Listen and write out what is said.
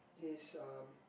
his um